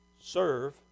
Serve